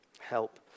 Help